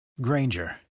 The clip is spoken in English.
Granger